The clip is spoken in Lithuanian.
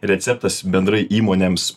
receptas bendrai įmonėms